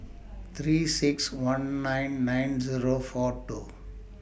three six one nine nine Zero four two